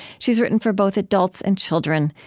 she's written for both adults and children.